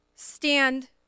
stand